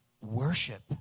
worship